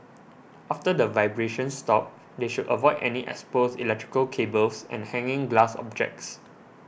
after the vibrations stop they should avoid any exposed electrical cables and hanging glass objects